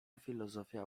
filozofia